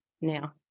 now